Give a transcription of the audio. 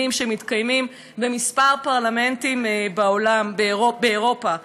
שמתקיימים בכמה פרלמנטים בעולם ובאירופה.